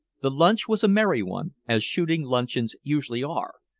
the lunch was a merry one, as shooting luncheons usually are,